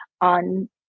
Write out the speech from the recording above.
on